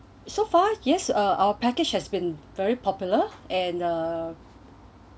so far yes our our package has been very popular and uh